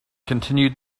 continued